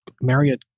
Marriott